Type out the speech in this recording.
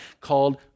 called